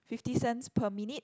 fifty cents per minute